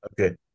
Okay